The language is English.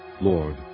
Lord